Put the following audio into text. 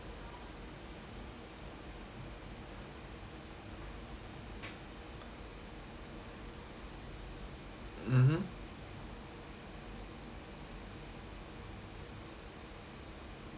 mmhmm